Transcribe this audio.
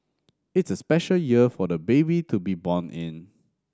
it's a special year for the baby to be born in